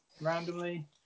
randomly